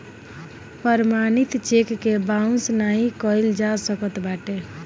प्रमाणित चेक के बाउंस नाइ कइल जा सकत बाटे